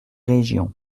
régions